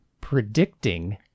predicting